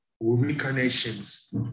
reincarnations